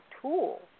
tool